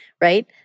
right